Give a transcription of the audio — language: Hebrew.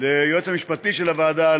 ליועץ המשפטי של הוועדה,